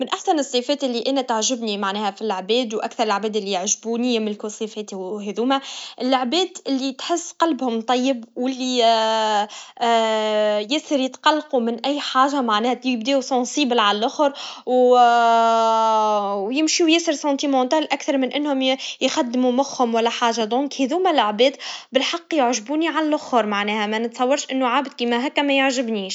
أحب الصفات كيما الصدق والوفاء. الأشخاص اللي يكونوا صادقين ويعبروا عن مشاعرهم يكونوا مميزين. زادة، نحب الناس المتواضعين، اللي يحترموا الآخرين ويعرفوا قيمة العلاقات. هذه الصفات تخلي الحياة أجمل.